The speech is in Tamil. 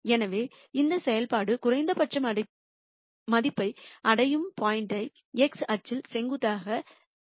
எனவே இந்த செயல்பாடு குறைந்தபட்ச மதிப்பை அடையும் பாயிண்ட்யை x அச்சில் செங்குத்தாக கைவிடுவதன் மூலம் காணலாம்